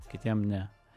kitiems ne